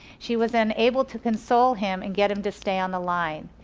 she was unable to console him and get him to stay on the line,